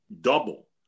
double